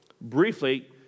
Briefly